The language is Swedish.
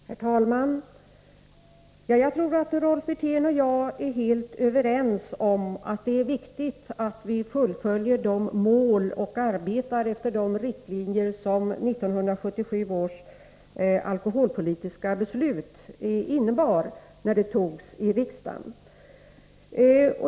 Herr talman! Jag tror att Rolf Wirtén och jag är helt överens om att det är viktigt att vi fullföljer de mål och arbetar efter de riktlinjer som 1977 års alkoholpolitiska beslut innebar när det togs av riksdagen.